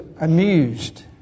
amused